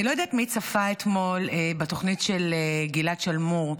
אני לא יודעת מי צפה אתמול בתוכנית של גלעד שלמור.